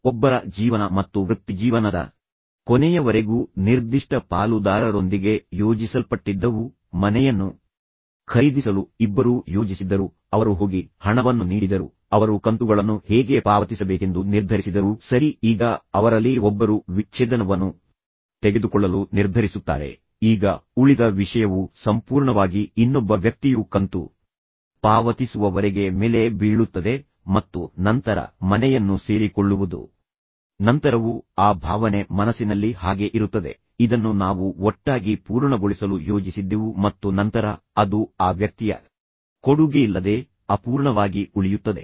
ಒಬ್ಬರ ಜೀವನ ಮತ್ತು ವೃತ್ತಿಜೀವನದ ಕೊನೆಯವರೆಗೂ ನಿರ್ದಿಷ್ಟ ಪಾಲುದಾರರೊಂದಿಗೆ ಯೋಜಿಸಲ್ಪಟ್ಟಿದ್ದವು ಮನೆಯನ್ನು ಖರೀದಿಸಲು ಇಬ್ಬರೂ ಯೋಜಿಸಿದ್ದರು ಅವರು ಹೋಗಿ ಹಣವನ್ನು ನೀಡಿದರು ಅವರು ಕಂತುಗಳನ್ನು ಹೇಗೆ ಪಾವತಿಸಬೇಕೆಂದು ನಿರ್ಧರಿಸಿದರು ಸರಿ ಈಗ ಅವರಲ್ಲಿ ಒಬ್ಬರು ವಿಚ್ಛೇದನವನ್ನು ತೆಗೆದುಕೊಳ್ಳಲು ನಿರ್ಧರಿಸುತ್ತಾರೆ ಈಗ ಉಳಿದ ವಿಷಯವು ಸಂಪೂರ್ಣವಾಗಿ ಇನ್ನೊಬ್ಬ ವ್ಯಕ್ತಿಯು ಕಂತು ಪಾವತಿಸುವವರೆಗೆ ಮೇಲೆ ಬೀಳುತ್ತದೆ ಮತ್ತು ನಂತರ ಮನೆಯನ್ನು ಸೇರಿಕೊಳ್ಳುವುದು ನಂತರವೂ ಆ ಭಾವನೆ ಮನಸಿನಲ್ಲಿ ಹಾಗೆ ಇರುತ್ತದೆ ಇದನ್ನು ನಾವು ಒಟ್ಟಾಗಿ ಪೂರ್ಣಗೊಳಿಸಲು ಯೋಜಿಸಿದ್ದೆವು ಮತ್ತು ನಂತರ ಅದು ಆ ವ್ಯಕ್ತಿಯ ಕೊಡುಗೆಯಿಲ್ಲದೆ ಅಪೂರ್ಣವಾಗಿ ಉಳಿಯುತ್ತದೆ